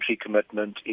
commitment